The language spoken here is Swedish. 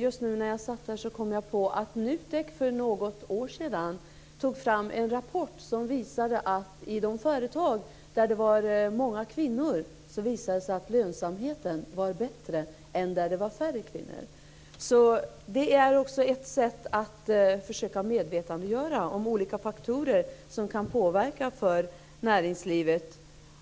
Just nu när jag satt här kom jag på att NUTEK för något år sedan tog fram en rapport som visade att i de företag där det fanns många kvinnor var lönsamheten bättre än där det var färre kvinnor. Det är också ett sätt att försöka öka medvetenheten om olika faktorer som kan påverka för näringslivet.